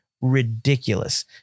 ridiculous